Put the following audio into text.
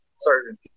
certain